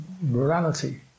morality